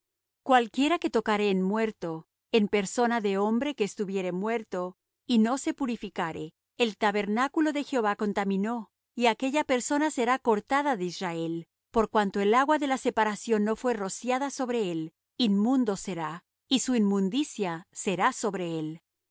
cualquiera que tocare en muerto en persona de hombre que estuviere muerto y no se purificare el tabernáculo de jehová contaminó y aquella persona será cortada de israel por cuanto el agua de la separación no fué rociada sobre él inmundo será y su inmundicia será sobre él